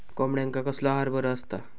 कोंबड्यांका कसलो आहार बरो असता?